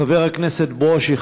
חבר הכנסת ברושי,